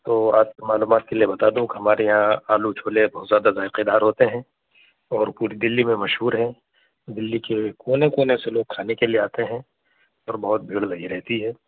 تو آج معلومات کے لیے بتا دوں کہ ہمارے یہاں آلو چھولے بہت زیادہ ذائقے دار ہوتے ہیں اور پوری دلی میں مشہور ہیں دلی کے کونے کونے سے لوگ کھانے کے لیے آتے ہیں اور بہت بھیڑ لگی رہتی ہے